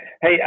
Hey